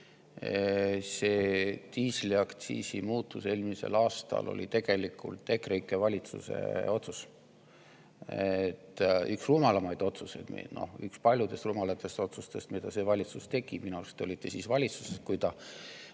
see diisliaktsiisi muutus eelmisel aastal oli tegelikult EKREIKE valitsuse otsus: üks rumalamaid otsuseid ja üks paljudest rumalatest otsustest, mida see valitsus tegi. Minu arust te olite siis selles valitsuses, kui see